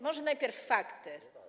Może najpierw fakty.